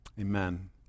Amen